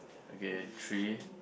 okay tree